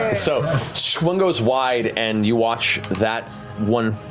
so one goes wide and you watch that one